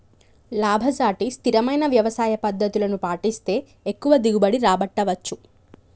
లాభసాటి స్థిరమైన వ్యవసాయ పద్దతులను పాటిస్తే ఎక్కువ దిగుబడి రాబట్టవచ్చు